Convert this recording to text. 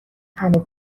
همه